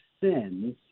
sins